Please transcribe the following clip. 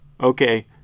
Okay